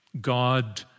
God